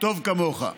טוב כמוך.